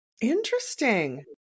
Interesting